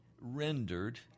Rendered